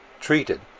Treated